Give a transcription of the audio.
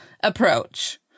approach